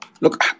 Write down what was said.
Look